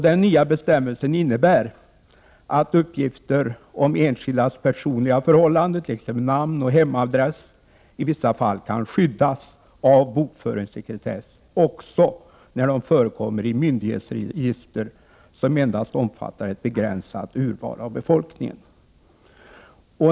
Den nya bestämmelsen innebär att uppgifter om enskilds personliga förhållanden, t.ex. namn och hemadress, i vissa fall kan skyddas av bokföringssekretess också när de förekommer i myndighetsregister som endast omfattar ett begränsat urval av befolkningen.